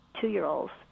two-year-olds